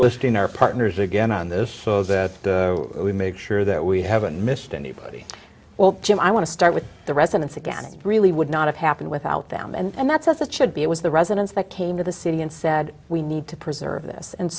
listing our partners again on this so that we make sure that we haven't missed anybody well jim i want to start with the residents again it really would not have happened without them and that's as it should be it was the residents that came to the city and said we need to preserve this and